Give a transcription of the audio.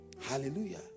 Hallelujah